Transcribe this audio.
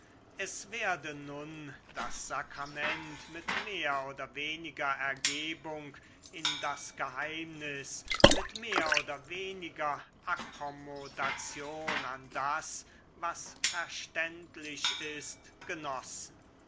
es werde nun das sakrament mit mehr oder weniger ergebung in das geheimnis mit mehr oder weniger akkommodation an das was verständlich ist genossen